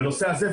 בנושא הזה,